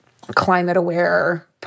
climate-aware